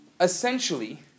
essentially